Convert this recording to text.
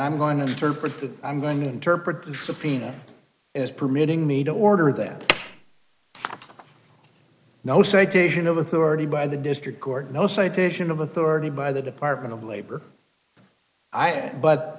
that i'm going to interpret the subpoena as permitting me to order that no citation of authority by the district court no citation of authority by the department of labor i